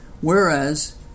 whereas